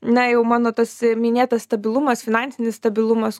na jau mano tas minėtas stabilumas finansinis stabilumas